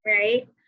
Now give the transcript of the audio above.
right